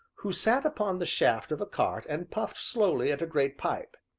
who sat upon the shaft of a cart and puffed slowly at a great pipe.